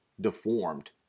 deformed